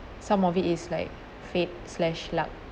some of it is like fate slash luck